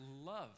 love